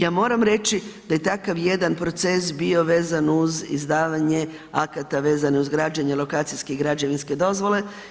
Ja moram reći da je takav jedan proces bio vezan uz izdavanje akata vezano uz građenje lokacijske građevinske dozvole.